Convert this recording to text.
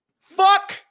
Fuck